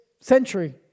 century